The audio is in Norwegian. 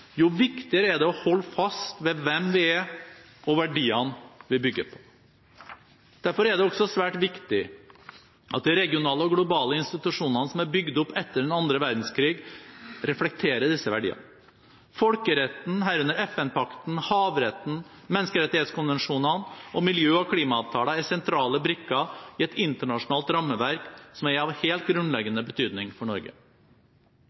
jo viktigere er det å holde fast ved hvem vi er og verdiene vi bygger på. Derfor er det også svært viktig at de regionale og globale institusjonene som er bygd opp etter andre verdenskrig, reflekterer disse verdiene. Folkeretten, herunder FN-pakten, havretten, menneskerettighetskonvensjonene og miljø- og klimaavtaler er sentrale brikker i et internasjonalt rammeverk som er av helt grunnleggende betydning for Norge.